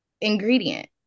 ingredient